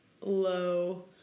low